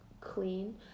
clean